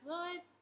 Lord